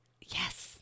Yes